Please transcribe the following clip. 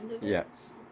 Yes